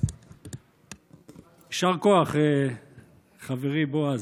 59. יישר כוח, חברי בועז.